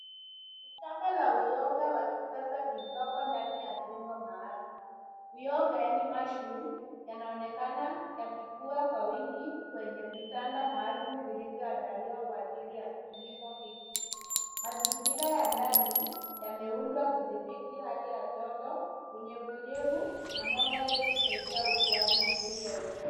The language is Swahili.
Ni shamba la uyoga wa kisasa lililoko ndani ya jengo maalum. Uyoga yaani mushroom yanaonekana yakikua kwa wingi kwenye vitanda maalum vilivyoandaliwa kwa ajili ya kilimo hiki. Mazingira ya ndani yameundwa kudhibiti hali ya joto, unyevunyevu na mwanga ili kusaidia ukuaji mzuri wa uyoga.